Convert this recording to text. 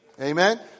Amen